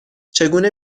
چگونه